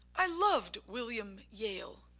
i loved william yale,